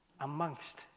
amongst